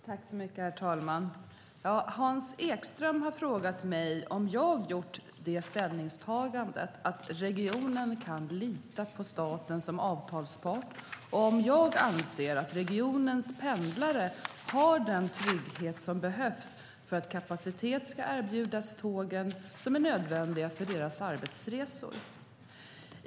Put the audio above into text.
Herr talman! Hans Ekström har frågat mig om jag gjort det ställningstagandet att regionen kan lita på staten som avtalspart och om jag anser att regionens pendlare har den trygghet som behövs för att kapacitet ska erbjudas tågen, som är nödvändiga för deras arbetsresor.